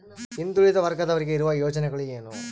ಹಿಂದುಳಿದ ವರ್ಗದವರಿಗೆ ಇರುವ ಯೋಜನೆಗಳು ಏನು?